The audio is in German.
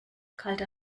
kalter